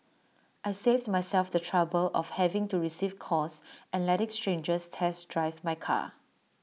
I saved myself the trouble of having to receive calls and letting strangers test drive my car